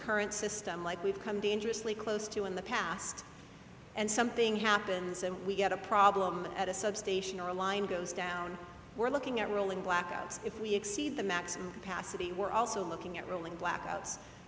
current system like we've come dangerously close to in the past and something happens and we get a problem at a substation or a line goes down we're looking at rolling blackouts if we exceed the maximum capacity we're also looking at rolling blackouts